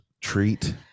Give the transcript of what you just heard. Treat